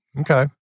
Okay